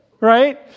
right